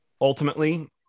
ultimately